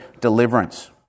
deliverance